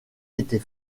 était